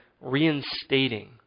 reinstating